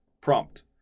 Prompt